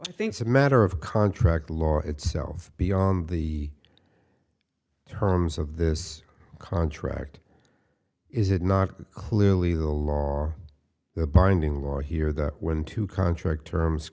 two things a matter of contract law itself beyond the terms of this contract is it not clearly the law the binding law here that when two contract terms